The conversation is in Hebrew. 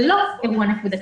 זה לא אירוע נקודתי.